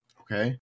Okay